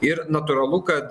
ir natūralu kad